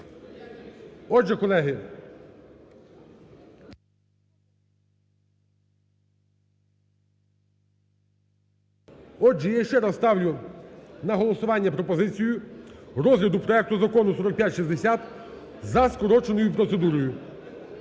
Отже, колеги! Отже, я ще раз ставлю на голосування пропозицію розгляду проекту Закону 4560 за скороченою процедурою